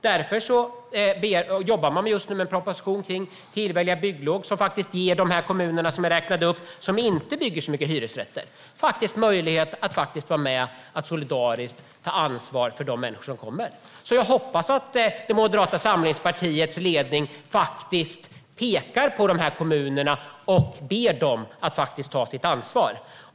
Därför jobbar man just nu med en proposition kring tillfälliga bygglov, som ger de kommuner jag räknade upp som inte bygger så mycket hyresrätter möjlighet att vara med och solidariskt ta ansvar för de människor som kommer. Jag hoppas att Moderata samlingspartiets ledning pekar på de här kommunerna och ber dem att ta sitt ansvar.